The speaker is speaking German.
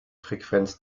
frequenz